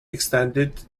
extended